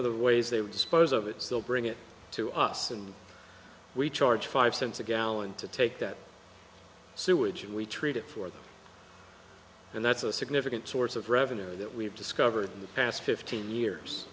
of the ways they would dispose of it still bring it to us and we charge five cents a gallon to take that sewage and we treat it for them and that's a significant source of revenue that we've discovered in the past fifteen years